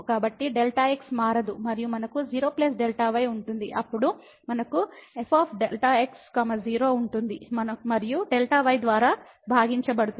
కాబట్టి Δx మారదు మరియు మనకు 0 Δy ఉంటుంది అప్పుడు మనకు fΔx 0 ఉంటుంది మరియు Δy ద్వారా భాగించబడుతుంది